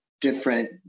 different